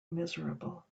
miserable